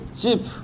cheap